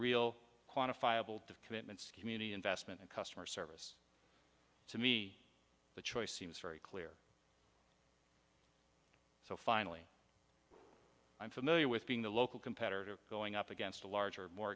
real quantifiable commitments community investment and customer service to me the choice seems very clear so finally i'm familiar with being the local competitor going up against a larger more